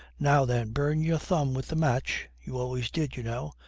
now, then, burn your thumb with the match you always did, you know.